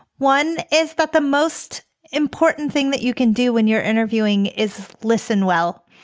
one is that the most important thing that you can do when you're interviewing is listen. well,